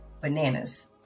bananas